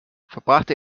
verbrachte